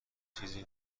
چیزی